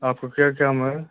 आपको क्या काम है